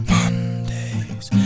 Mondays